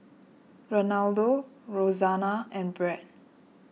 Renaldo Roxanna and Bret